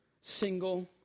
single